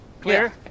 clear